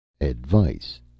advice